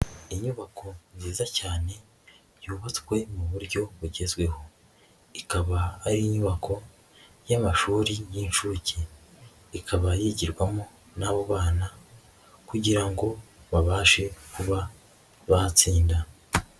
Inyubako nziza cyane yubatswe mu buryo bugezweho, ikaba ari inyubako y'amashuri y'inshuke, ikaba yigirwamo n'abo bana kugira ngo babashe kuba bahatsinda.